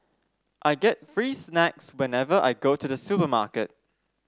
I get free snacks whenever I go to the supermarket